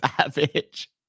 Savage